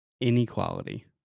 inequality